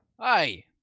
Hi